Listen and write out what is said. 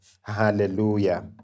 Hallelujah